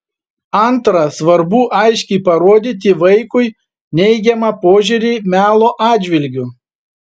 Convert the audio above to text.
antra svarbu aiškiai parodyti vaikui neigiamą požiūrį melo atžvilgiu